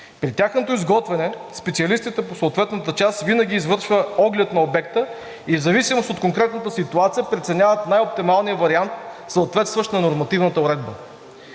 При тяхното изготвяне специалистите по съответната част винаги извършват оглед на обекта и в зависимост от конкретната ситуация преценяват най-оптималния вариант, съответстващ на нормативната уредба.